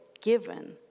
given